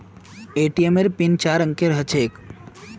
ATM कार्डेर pin चार अंकेर ह छेक